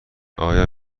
آیا